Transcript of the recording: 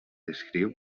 descriu